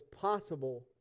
possible